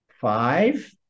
five